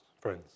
friends